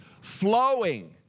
flowing